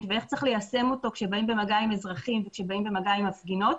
ואיך צריך ליישם אותו כשבאים במגע עם אזרחים וכשבאים במגע עם מפגינות.